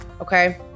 okay